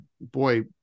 boy